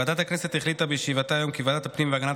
ועדת הכנסת החליטה בישיבתה היום כי ועדת הפנים והגנת